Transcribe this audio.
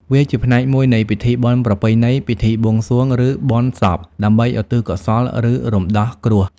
វាជាផ្នែកមួយនៃ ពិធីបុណ្យប្រពៃណី ពិធីបួងសួង ឬបុណ្យសព ដើម្បីឧទ្ទិសកុសល ឬរំដោះគ្រោះ។